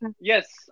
Yes